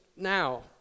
Now